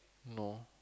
no